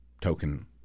token